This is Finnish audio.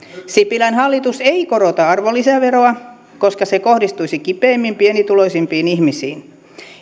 sipilän hallitus ei korota arvonlisäveroa koska se kohdistuisi kipeimmin pienituloisimpiin ihmisiin